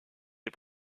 des